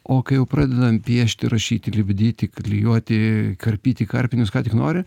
o kai jau pradedam piešti rašyti lipdyti klijuoti karpyti karpinius ką tik nori